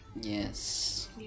Yes